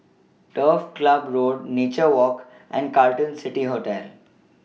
Turf Ciub Road Nature Walk and Carlton City Hotel